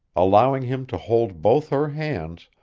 allowing him to hold both her hands,